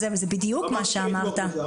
זה בדיוק מה שאמרת.